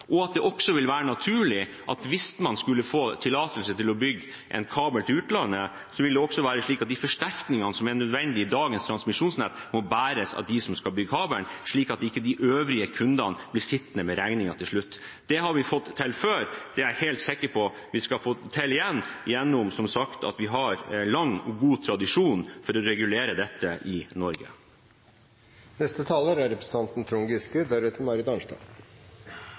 hvis man skulle få tillatelse til å legge en kabel til utlandet, vil det også være naturlig at de forsterkningene som er nødvendig i dagens transmisjonsnett, må bæres av dem som skal legge kabelen, slik at ikke de øvrige kundene blir sittende med regningen til slutt. Det har vi fått til før, det er jeg helt sikker på at vi skal få til igjen, som sagt gjennom at vi har en lang og god tradisjon for å regulere dette i Norge. Det er